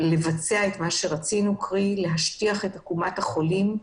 לבצע את מה שרצינו לשטח את עקומת החולים,